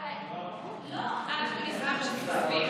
זה הדבר הזה?